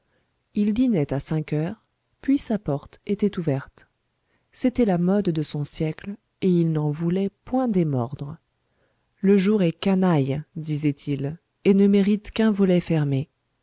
il dînait à cinq heures puis sa porte était ouverte c'était la mode de son siècle et il n'en voulait point démordre le jour est canaille disait-il et ne mérite qu'un volet fermé